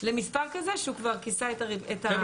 למספר כזה שהוא כבר כיסה את --- חבר'ה,